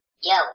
Yo